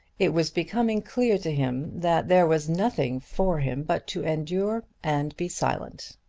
it was becoming clear to him that there was nothing for him but to endure and be silent.